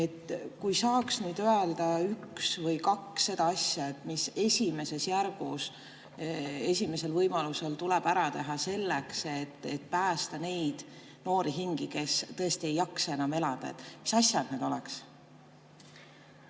Kui saaks nüüd öelda ühe või kaks asja, mis esimeses järgus, esimesel võimalusel tuleb ära teha selleks, et päästa neid noori hingi, kes tõesti ei jaksa enam elada – mis asjad need oleks?